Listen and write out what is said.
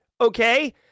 Okay